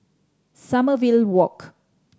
Sommerville Walk